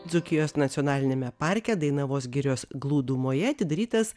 dzūkijos nacionaliniame parke dainavos girios glūdumoje atidarytas